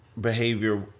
behavior